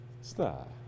Stop